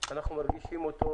אנחנו מרגישים אותו